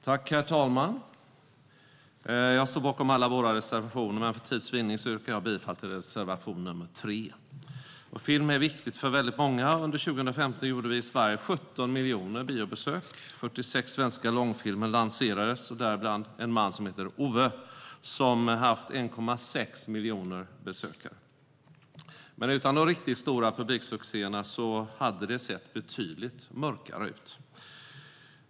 Herr talman! Jag står bakom alla våra reservationer, men för tids vinnande yrkar jag bifall bara till reservation nr 3. Film är viktigt för väldigt många. Under 2015 gjorde vi i Sverige 17 miljoner biobesök. 46 svenska långfilmer lanserades, däribland En man som heter Ove som haft 1,6 miljoner biobesökare. Utan de riktigt stora publiksuccéerna hade det sett betydligt mörkare ut.